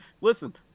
listen